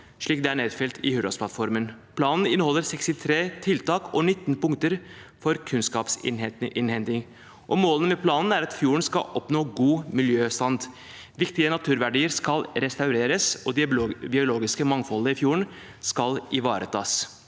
slik det er nedfelt i Hurdalsplattformen. Planen inneholder 63 tiltak og 19 punkter for kunnskapsinnhenting. Målet med planen er at fjorden skal oppnå god miljøtilstand, viktige naturverdier skal restaureres, og det biologiske mangfoldet i fjorden skal ivaretas.